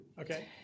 Okay